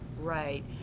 Right